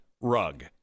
rug